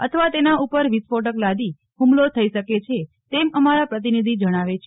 અથવા તેના ઉપર વિસ્ફોટક લાદી હુમલો થઇ શકે છે તેમ અમારા પ્રતિનિધિ જણાવે છે